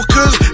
Cause